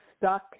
stuck